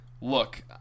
look